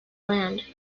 land